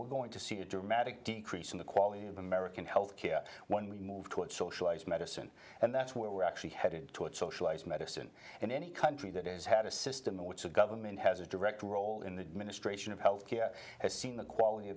we're going to see a dramatic decrease in the quality of american health care when we move to it socialized medicine and that's where we're actually headed toward socialized medicine and any country that is had a system in which the government has a direct role in the administration of health care has seen the quality